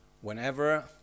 Whenever